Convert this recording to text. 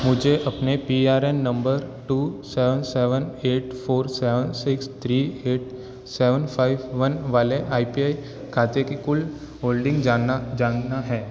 मुझे अपने P R A N number two seven seven eight four seven six three eight seven five one वाले I P I खाते की कुल holding जानना जानना है